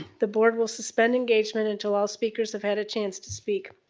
the board will suspend engagement until all speakers have had a chance to speak.